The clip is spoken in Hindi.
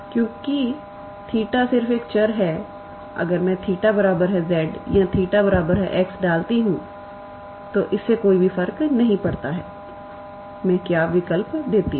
चूंकि𝜃 सिर्फ एक चर है अगर मैं 𝜃z या 𝜃x डालती हूं तो इससे कोई फर्क नहीं पड़ता कि मैं क्या विकल्प देती हूं